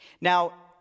Now